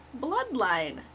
Bloodline